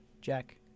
Jack